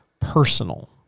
personal